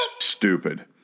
stupid